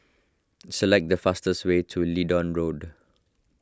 select the fastest way to Leedon Road